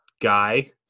guy